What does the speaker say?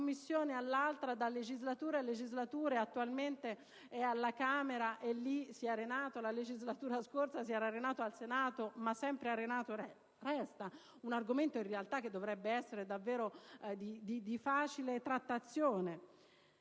Commissione all'altra, di legislatura in legislatura, ed attualmente è arenato alla Camera, quando nella legislatura scorsa si era arenato al Senato, ma sempre arenato resta? Un argomento in realtà che dovrebbe essere davvero di facile trattazione.